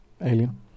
Alien